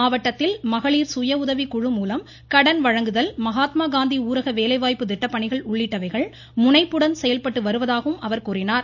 மாவட்டத்தில் மகளிர் சுயஉதவிக்குழு மூலம் கடன் வழங்குதல் மகாத்மா காந்தி ஊரக வேலைவாய்ப்பு திட்ட பணிகள் உள்ளிட்டவைகள் முனைப்புடன் செயல்பட்டு வருவதாகவும் அவர் கூறினார்